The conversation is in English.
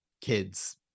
kids